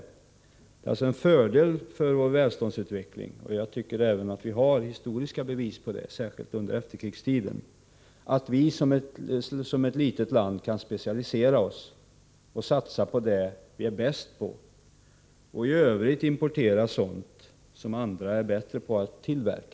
Det är alltså en fördel för vår välståndsutveckling— det tycker jag vi har historiska bevis för, särskilt från efterkrigstiden — att vi som ett litet land kan specialisera oss och satsa på det vi är bäst på och i övrigt importera sådant som andra är bättre på att tillverka.